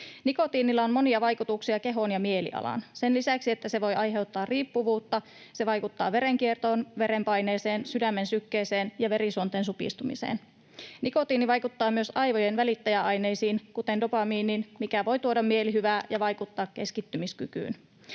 Nikotiinilla on monia vaikutuksia kehoon ja mielialaan. Sen lisäksi, että se voi aiheuttaa riippuvuutta, se vaikuttaa verenkiertoon, verenpaineeseen, sydämen sykkeeseen ja verisuonten supistumiseen. Nikotiini vaikuttaa myös aivojen välittäjäaineisiin, kuten dopamiiniin, mikä voi tuoda mielihyvää ja vaikuttaa keskittymiskykyyn.